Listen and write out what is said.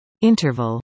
Interval